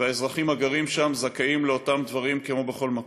והאזרחים הגרים שם זכאים לאותם דברים כמו בכל מקום.